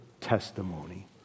testimony